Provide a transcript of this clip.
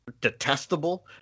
detestable